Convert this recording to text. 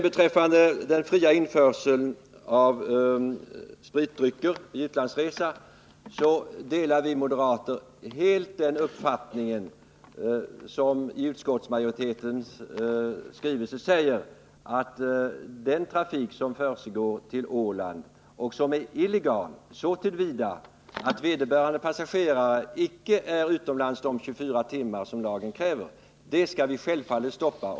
Beträffande den fria införseln av spritdrycker vid utlandsresa delar vi moderater helt den uppfattning som utskottsmajoriteten ger uttryck för när den skriver att den införsel av skattefri sprit som sker från framför allt Ålandsfärjorna och som är illegal så till vida att vederbörande passagerare inte har varit utomlands de 24 timmar som lagen kräver självfallet skall stoppas.